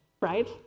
Right